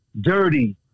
dirty